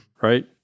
Right